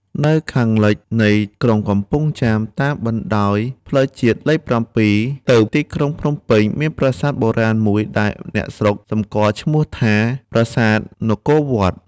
នៅខាងលិចនៃក្រុងកំពង់ចាម តាមបណ្តោយផ្លូវជាតិលេខ ៧ ទៅទីក្រុងភ្នំពេញ មានប្រាសាទបុរាណមួយ ដែលអ្នកស្រុកសម្គាល់ឈ្មោះថា ប្រាសាទនគរវត្ត។